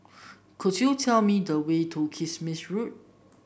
could you tell me the way to Kismis Road